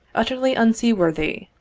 utterly unseaworthy,